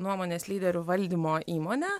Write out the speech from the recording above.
nuomonės lyderių valdymo įmonę